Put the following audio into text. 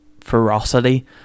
ferocity